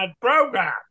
program